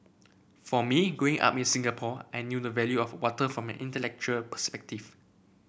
for me Growing Up in Singapore I knew the value of water from an intellectual perspective